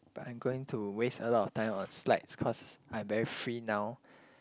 but I'm going to waste a lot of time on slides cause I'm very free now